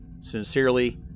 Sincerely